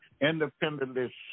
independently